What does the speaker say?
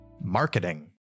Marketing